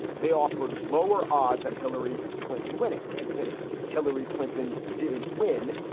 they offered lower odds and hillary clinton winning. and since hillary clinton didn't win,